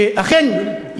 אכן,